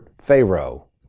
Pharaoh